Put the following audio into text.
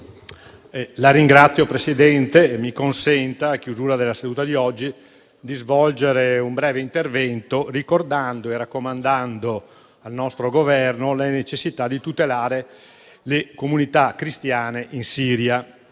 Signora Presidente, mi consenta, in chiusura della seduta di oggi, di svolgere un breve intervento raccomandando al nostro Governo la necessità di tutelare le comunità cristiane in Siria.